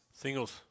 Singles